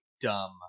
dumb